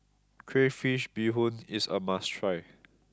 Crayfish Beehoon is a must try